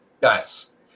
guys